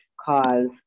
cause